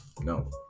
No